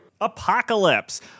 Apocalypse